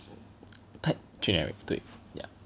太 generic 对 yeah